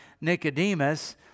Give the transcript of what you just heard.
Nicodemus